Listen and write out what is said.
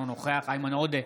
אינו נוכח איימן עודה,